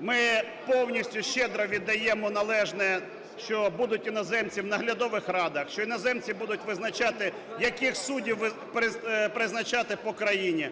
ми повністю щедро віддаємо належне, що будуть іноземці у наглядових радах, що іноземці будуть визначати, яких суддів призначати по країні,